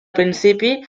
principi